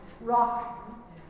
rock